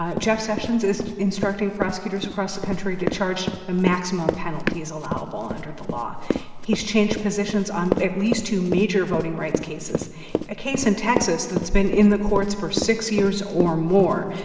ah jeff sessions is instructing prosecutors across the country to charge the maximum penalties allowable under the law he's changed positions on at least two major voting rights cases a case in texas that's been in the courts for six years or more.